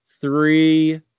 three